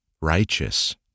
righteous